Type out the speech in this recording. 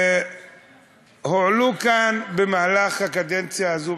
הועלו כאן במהלך הקדנציה הזאת,